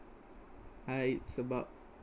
uh it's about